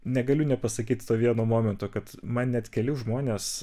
negaliu nepasakyt vieno momento kad man net keli žmonės